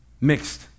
Mixed